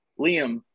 Liam